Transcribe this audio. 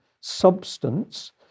substance